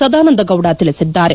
ಸದಾನಂದಗೌಡ ತಿಳಿಸಿದ್ದಾರೆ